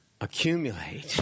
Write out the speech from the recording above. accumulate